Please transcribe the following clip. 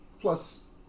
Plus